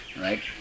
right